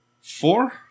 Four